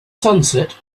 sunset